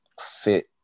fit